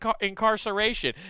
incarceration